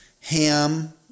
ham